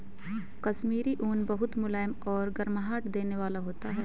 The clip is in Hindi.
कश्मीरी ऊन बहुत मुलायम और गर्माहट देने वाला होता है